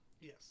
Yes